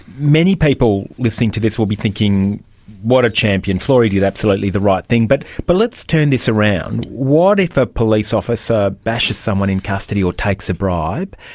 many people listening to this will be thinking what a champion, flori did absolutely the right thing. but but let's turn this around. what if a police officer bashes someone in custody or takes a bribe,